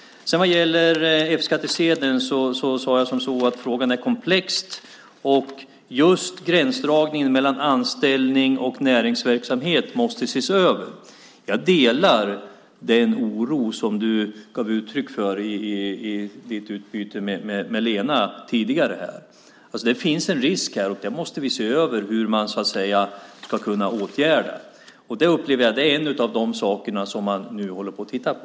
Vad gäller F-skattsedeln sade jag att frågan är komplex och gränsdragningen mellan anställning och näringsverksamhet måste ses över. Jag delar den oro som du tidigare gav uttryck för i ditt replikskifte med Lena Asplund. Det finns en risk, och vi måste se över hur man ska kunna åtgärda den. Det är en av de saker som man nu håller på att titta på.